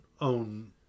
own